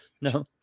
No